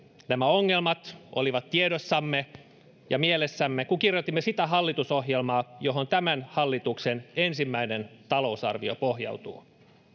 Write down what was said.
nämä ongelmat olivat tiedossamme ja mielessämme kun kirjoitimme sitä hallitusohjelmaa johon tämän hallituksen ensimmäinen talousarvio pohjautuu